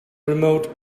remote